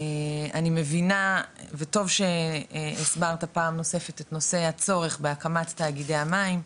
אני מבינה וטוב שהסברת פעם נוספת את נושא הצורך בהקמת תאגידי המים,